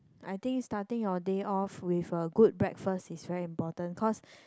I think starting your day off with a good breakfast is very important cause